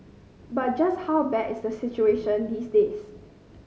but just how bad is the situation these days